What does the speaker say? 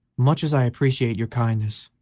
much as i appreciate your kindness,